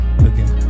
looking